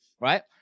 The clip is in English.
right